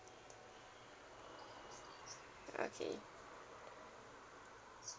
okay